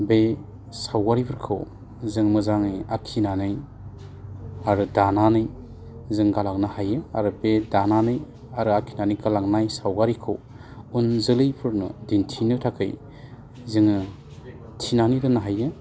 बे सावगारिफोरखौ जों मोजाङै आखिनानै आरो दानानै जों गालांनो हायो आरो बे दानानै आरो आखिनानै गालांनाय सावगारिखौ उन जोलैफोरनो दिन्थिनो थाखाय जोङो थिनानै दोन्नो हायो